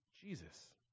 Jesus